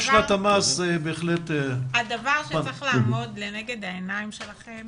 שנת המס בהחלט זה --- הדבר שצריך לעמוד מול העיניים שלכם